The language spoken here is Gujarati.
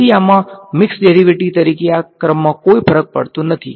તેથી આમાં મિક્ષ ડેરિવેટિવ્ઝ તરીકે આ ક્રમમાં કોઈ ફરક પડતો નથી